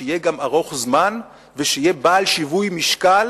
שיהיה ארוך-זמן ושיהיה גם בעל שיווי משקל